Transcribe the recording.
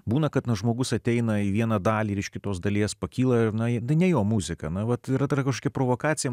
būna kad žmogus ateina į vieną dalį ir iš kitos dalies pakyla ir nueina ne jo muzika na vat yra tragiška provokacija